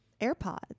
AirPods